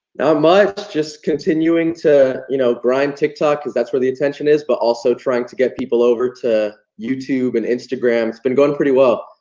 much just continuing to you know grind tiktok cause that's where the attention is, but also trying to get people over to youtube and instagram. it's been going pretty well.